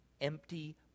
empty